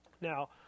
Now